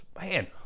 Man